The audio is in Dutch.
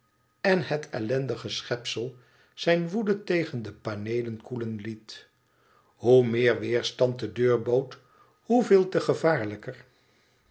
en het ellendige schepsel zijne woede tegen de paneelen koelen liet hoe meer weerstand de deur bood zooveel te gevaarlijker